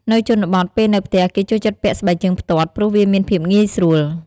នៅជនបទ ពេលនៅផ្ទះគេចូលចិត្តពាក់ស្បែកជើងផ្ទាត់ ព្រោះវាមានភាពងាយស្រួល។